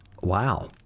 Wow